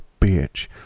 bitch